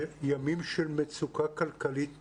בימים של מצוקה כלכלית נוראה,